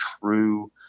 true